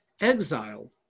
exile